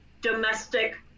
domestic